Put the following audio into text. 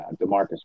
DeMarcus